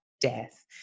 death